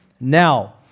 Now